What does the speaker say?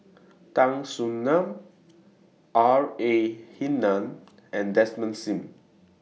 Tan Soo NAN R A Hamid and Desmond SIM